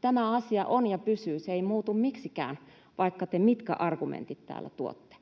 Tämä asia on ja pysyy, se ei muutu miksikään, vaikka te mitkä argumentit täällä tuotte.